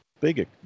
big